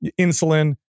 insulin